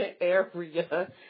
area